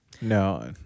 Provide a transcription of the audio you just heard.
No